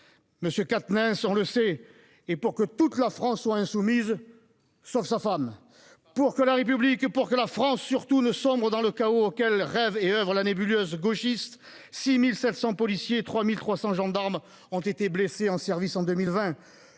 M. Quatennens, on le sait, est pour que toute la France soit insoumise, sauf sa femme ... Quel argument ... Pour que la République et la France, surtout, ne sombrent pas dans le chaos auquel rêve et oeuvre la nébuleuse gauchiste, 6 700 policiers et 3 300 gendarmes ont été blessés en service en 2020.